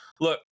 Look